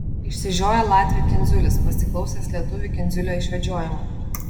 išsižioja latvių kindziulis pasiklausęs lietuvių kindziulio išvedžiojimų